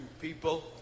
people